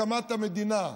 הקמת המדינה.